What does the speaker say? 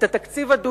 את התקציב הדו-שנתי,